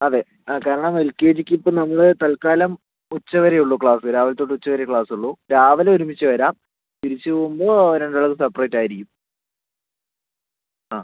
അതെ ആ കാരണം എൽ കെ ജിക്ക് ഇപ്പം നമ്മൾ തത്ക്കാലം ഉച്ച വരെ ഉള്ളൂ ക്ലാസ് രാവിലെ തൊട്ട് ഉച്ച വരെ ക്ലാസ് ഉള്ളൂ രാവിലെ ഒരുമിച്ച് വരാം തിരിച്ച് പോകുമ്പോൾ രണ്ടാളും സെപ്പറേറ്റ് ആയിരിക്കും ആ